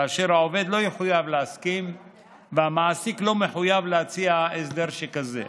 העובד לא יחויב להסכים והמעביד לא מחויב להציע הסדר שכזה.